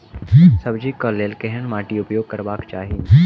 सब्जी कऽ लेल केहन माटि उपयोग करबाक चाहि?